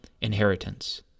inheritance